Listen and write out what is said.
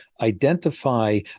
identify